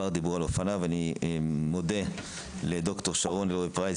אני מודה לדוקטור שרון אלרואי פרייס